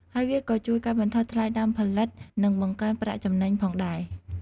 ហើយវាក៏ជួយកាត់បន្ថយថ្លៃដើមផលិត និងបង្កើនប្រាក់ចំណេញផងដែរ។